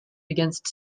against